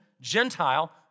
Gentile